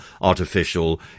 artificial